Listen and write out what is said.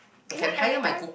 you know everytime